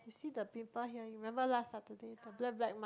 see the pimple here you remember last Saturday the black black mark